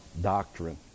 doctrine